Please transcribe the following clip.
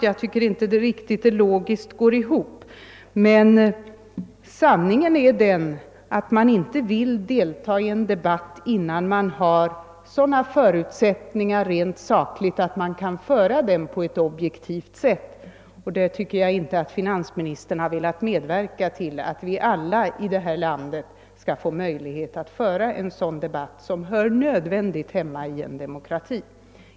Jag tycker inte att det logiskt går ihop, men sanningen är den att man inte vill deltaga i en debatt, innan man har sådana förutsättningar rent sakligt att man kan föra den på eit objektivt sätt. Jag tycker inte att finansministern har velat medverka till att vi alla i detta land skall få möjlig het att föra en sådan debatt som hör nödvändigt hemma i en demokrati.